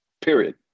Period